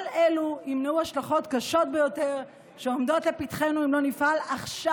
כל אלו ימנעו השלכות קשות ביותר שעומדות לפתחנו אם לא נפעל עכשיו.